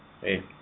Hey